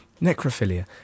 necrophilia